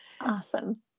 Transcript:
Awesome